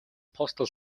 postal